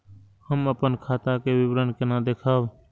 हम अपन खाता के विवरण केना देखब?